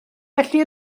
felly